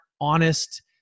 honest